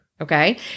okay